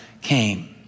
came